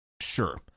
Sure